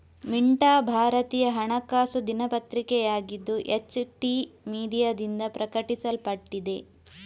ಮಿಂಟಾ ಭಾರತೀಯ ಹಣಕಾಸು ದಿನಪತ್ರಿಕೆಯಾಗಿದ್ದು, ಎಚ್.ಟಿ ಮೀಡಿಯಾದಿಂದ ಪ್ರಕಟಿಸಲ್ಪಟ್ಟಿದೆ